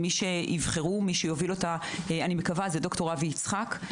אני מקווה שמי שיוביל יהיה דוקטור אבי יצחק.